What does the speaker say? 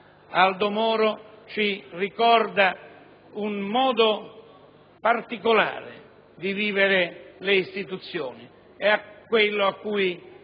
Aldo Moro ci ricorda un modo particolare di vivere le istituzioni, quello al quale